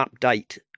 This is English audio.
update